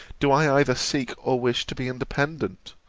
do i either seek or wish to be independent?